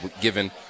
given –